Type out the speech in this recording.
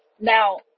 Now